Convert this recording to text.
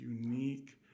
unique